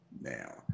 Now